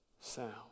sound